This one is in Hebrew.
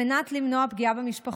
כדי למנוע פגיעה במשפחות,